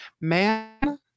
Man